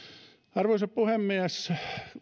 arvoisa puhemies